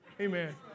Amen